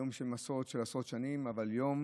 יום של מסורת של עשרות שנים, אבל יום